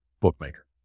bookmaker